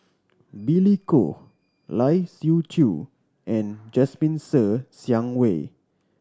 Billy Koh Lai Siu Chiu and Jasmine Ser Xiang Wei